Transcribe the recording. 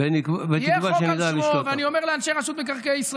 בתקווה שנדע לשלוט.